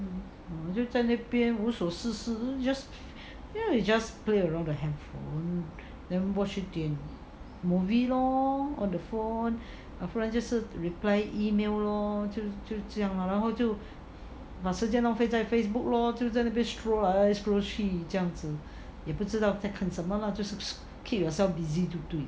就在那边无所事事 just you know you just play around the handphone then watch 一点 movie lor on the phone 要不然就是 reply email lor 就这样 lor 然后就把时间浪费在 Facebook lor 就在那边 scroll 来 scroll 去这样子也不知道在看什么 lah just keep yourself busy 就对了